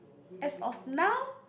as of now